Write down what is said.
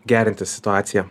gerinti situaciją